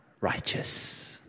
righteous